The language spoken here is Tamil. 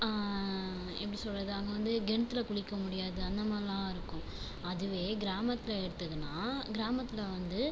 எப்படி சொல்கிறது அங்கே வந்து கிணத்துல குளிக்க முடியாது அந்தமாதிரிலாம் இருக்கும் அதுவுவே கிராமத்தில் எடுத்துக்கினா கிராமத்தில் வந்து